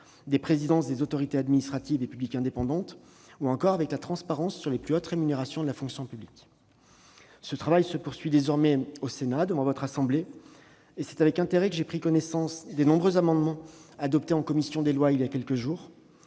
des présidences des autorités administratives et publiques indépendantes, ou encore à la transparence sur les plus hautes rémunérations de la fonction publique. Ce travail se poursuit désormais au Sénat. C'est avec intérêt que j'ai pris connaissance des nombreux amendements adoptés en commission des lois il y a quelques jours.